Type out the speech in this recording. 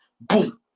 boom